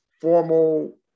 formal